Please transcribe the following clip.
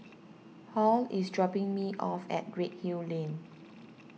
Halle is dropping me off at Redhill Lane